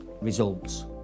results